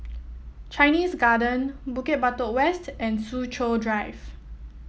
Chinese Garden Bukit Batok West and Soo Chow Drive